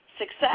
success